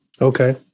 okay